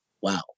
wow